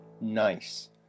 Nice